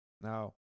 now